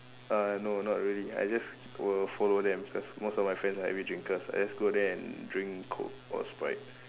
uh no not really I just will follow them cause most of my friends are heavy drinker I just go there and drink coke or Sprite